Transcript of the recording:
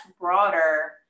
broader